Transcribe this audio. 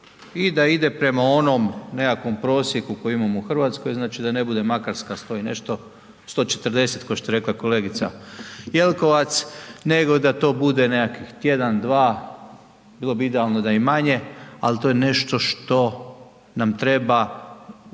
I da ide prema onom nekakvom prosjeku koji imamo u Hrvatskoj, znači da ne bude Makarska 100 i nešto, 140, kao što je rekla kolegica, Jelkovac, nego da to bude nekakvih tjedan, dva, bilo bi idealno da i manje, ali to je nešto što nam treba svugdje